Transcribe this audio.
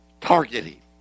targeting